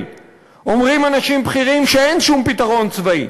אומרים אנשים בכירים שאין שום פתרון צבאי.